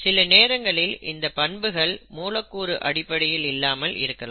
சில நேரங்களில் இந்த பண்புகள் மூலக்கூறு அடிப்படையில் இல்லாமல் இருக்கலாம்